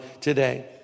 today